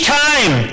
time